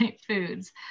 foods